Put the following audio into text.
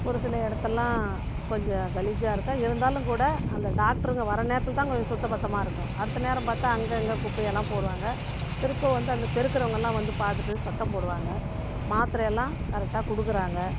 ஒரு சில இடத்துலாம் கொஞ்சம் கலீஜாயிருக்கும் இருந்தாலும் கூட அந்த டாக்டர்ங்க வரநேரத்துக்குதான் கொஞ்சம் சுத்தப் பத்தமாக இருக்கும் அடுத்த நேரம் பார்த்தா அங்கே அங்கே குப்பையெல்லாம் போடுவாங்க திரும்ப வந்து அந்த பெருக்கிறவங்கலாம் வந்து பார்த்துட்டு சத்தம் போடுவாங்க மாத்திரையெல்லாம் கரெக்ட்டாக கொடுக்குறாங்க